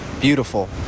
Beautiful